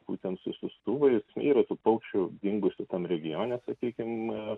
būtent su siųstuvais yra tų paukščių dingusių tam regione sakykim